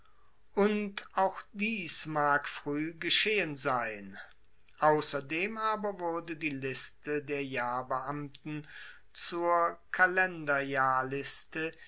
und auch dies mag frueh geschehen sein ausserdem aber wurde die liste der jahrbeamten zur